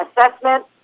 assessment